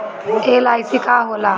LIC का होला?